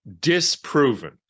disproven